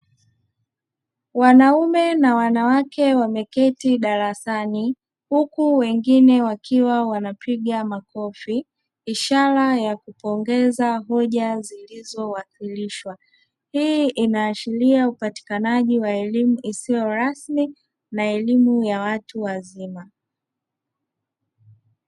Wanaume na wanawake wameketi darasani huku wengine wakiwa wanapiga makofi ishara ya kupongeza hoja zilizo wasilishwa, hii ina ashiria upatikanaji wa elimu isiyo rasmi na elimu ya watu wazima.